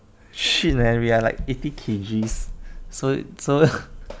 shit leh we are like eighty K_G so so